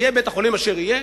יהיה בית-החולים אשר יהיה,